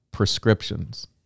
prescriptions